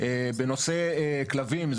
בנושא כלבים,